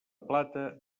plata